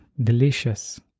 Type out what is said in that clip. delicious